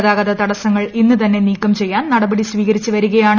ഗതാഗത തടസ്സങ്ങൾ ഇന്നുതന്നെ നീക്കം ചെയ്യാൻ നടപടി സ്വീകരിച്ചു വരികയാണ്